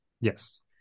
Yes